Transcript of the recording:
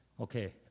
Okay